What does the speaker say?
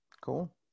Cool